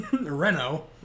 Renault